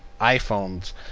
iPhones